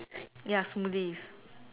ya smoothies